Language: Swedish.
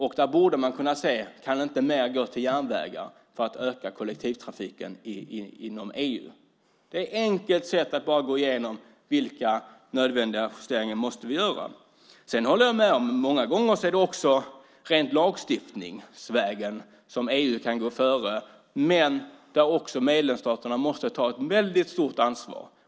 Man borde titta på om inte mer kunde gå till järnvägar för att öka kollektivtrafiken inom EU. Det är enkelt att gå igenom den och se vilka nödvändiga justeringar vi måste göra. Sedan håller jag med om att det många gånger är fråga om att lagstiftningsvägen gå före inom EU, och då måste medlemsstaterna ta ett stort ansvar.